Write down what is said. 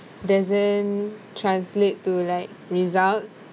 doesn't translate to like results